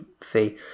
fee